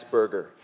Burger